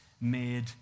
made